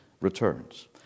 returns